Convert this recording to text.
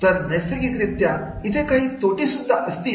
तर नैसर्गिक रित्या इथे काही तोटे सुद्धा असतील